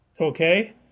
Okay